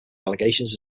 allegations